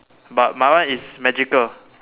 but my one is magical